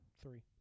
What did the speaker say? Three